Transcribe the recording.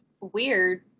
weird